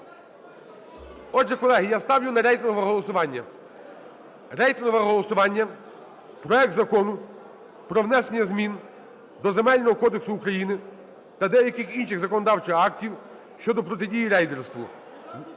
Отже, колеги, я ставлю на рейтингове голосування. Рейтингове голосування – проект Закону про внесення змін до Земельного кодексу України та деяких інших законодавчих актів щодо протидії рейдерству